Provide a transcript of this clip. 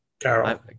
Carol